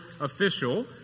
official